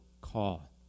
call